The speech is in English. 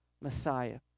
Messiah